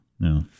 No